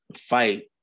fight